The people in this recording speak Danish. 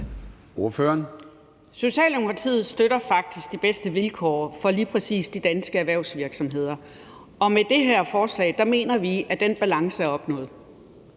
Socialdemokratiet støtter faktisk de bedste vilkår for lige præcis de danske erhvervsvirksomheder, og med det her forslag mener vi at den balance er opnået.